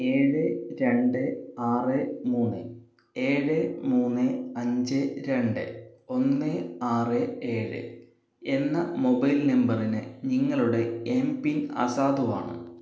ഏഴ് രണ്ട് ആറ് മൂന്ന് ഏഴ് മൂന്ന് അഞ്ച് രണ്ട് ഒന്ന് ആറ് ഏഴ് എന്ന മൊബൈൽ നമ്പറിന് നിങ്ങളുടെ എം പിൻ അസാധുവാണ്